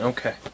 Okay